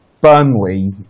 Burnley